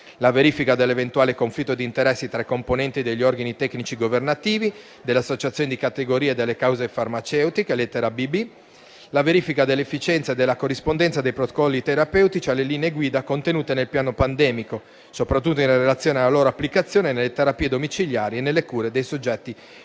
la verifica dell'eventuale conflitto di interessi tra i componenti degli organi tecnici governativi, delle associazioni di categoria e delle case farmaceutiche (lettera *bb*); la verifica dell'efficienza e della corrispondenza dei protocolli terapeutici alle linee guida contenute nel piano pandemico, soprattutto in relazione alla loro applicazione nelle terapie domiciliari e nelle cure dei soggetti